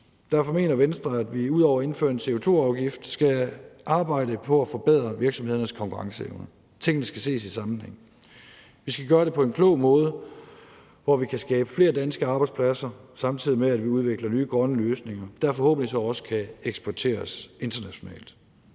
Derfor mener Venstre, at vi ud over at indføre en CO2-afgift skal arbejde på at forbedre virksomhedernes konkurrenceevne. Tingene skal ses i sammenhæng. Vi skal gøre det på en klog måde, hvor vi kan skabe flere danske arbejdspladser, samtidig med at vi udvikler nye grønne løsninger, der forhåbentlig så også kan eksporteres internationalt.